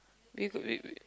we could wait wait